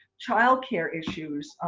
child care issues.